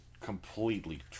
completely